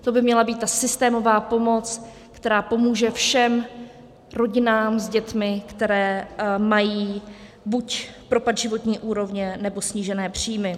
To by měla být ta systémová pomoc, která pomůže všem rodinám s dětmi, které mají buď propad životní úrovně, nebo snížené příjmy.